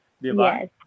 yes